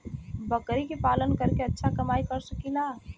बकरी के पालन करके अच्छा कमाई कर सकीं ला?